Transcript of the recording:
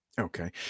Okay